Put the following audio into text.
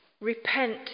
Repent